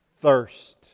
Thirst